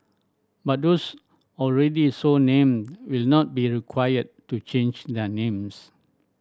but those already so named will not be required to change their names